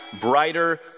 brighter